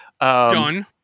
Done